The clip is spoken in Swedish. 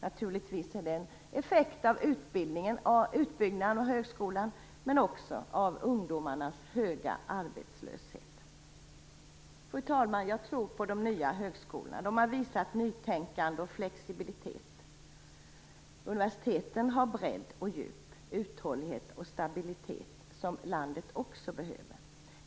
Naturligtvis är det en effekt av utbyggnaden av högskolan men också av ungdomarnas höga arbetslöshet. Fru talman! Jag tror på de nya högskolorna. De har visat nytänkande och flexibilitet. Universiteten har bredd och djup, uthållighet och stabilitet, som landet också behöver.